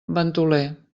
ventoler